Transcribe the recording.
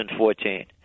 2014